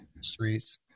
streets